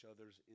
other's